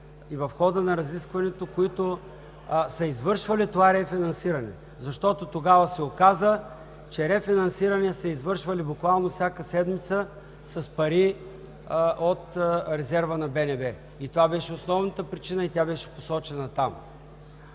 в хода на разискването, които са извършвали това рефинансиране, защото тогава се оказа, че рефинансиране са извършвали буквално всяка седмица с пари от резерва на БНБ – това беше основната причина, и тя беше посочена там.